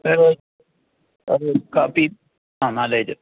കാപ്പി നാല് ആയിട്ട്